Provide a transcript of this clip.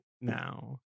now